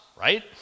right